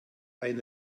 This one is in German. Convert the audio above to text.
ein